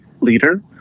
leader